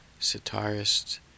sitarist